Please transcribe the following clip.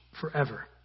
forever